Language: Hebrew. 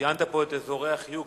ציינת פה את אזורי החיוג.